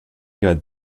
good